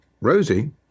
Rosie